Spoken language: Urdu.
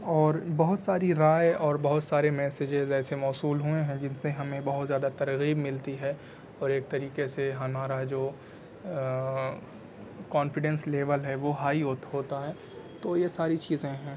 اور بہت ساری رائے اور بہت سارے میسجیز ایسے موصول ہوئے ہیں جن سے ہمیں بہت زیادہ ترغیب ملتی ہے اور ایک طریقے سے ہمارا جو کونفیڈینس لیول ہے وہ ہائی ہوتا ہے تو یہ ساری چیزیں ہیں